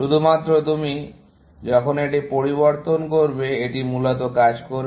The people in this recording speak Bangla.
শুধুমাত্র তুমি যখন এটি পরিবর্তন করবে এটি মূলত কাজ করবে